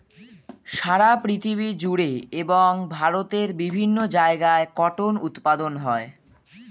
সারা পৃথিবী জুড়ে এবং ভারতের বিভিন্ন জায়গায় কটন উৎপাদন হয়